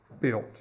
built